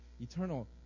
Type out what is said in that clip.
eternal